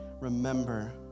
remember